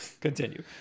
Continue